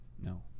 No